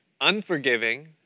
unforgiving